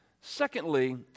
Secondly